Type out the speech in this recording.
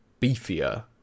beefier